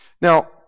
Now